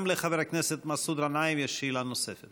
גם לחבר הכנסת מסעוד גנאים יש שאלה נוספת